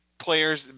players